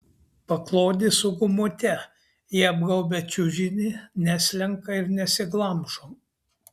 paklodė su gumute ji apgaubia čiužinį neslenka ir nesiglamžo